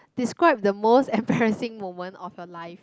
describe the most embarrassing moment of your life